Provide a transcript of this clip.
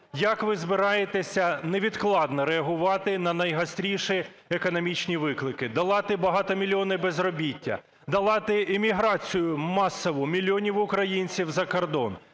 Як ви збираєтеся невідкладно реагувати на найгостріші економічні виклики, долати багатомільйонне безробіття, долати еміграцію масову мільйонів українців за кордон,